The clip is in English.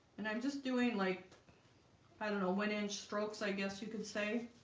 and i'm just doing like i don't know one inch strokes. i guess you could say